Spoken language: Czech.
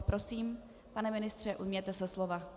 Prosím, pane ministře, ujměte se slova.